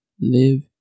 Live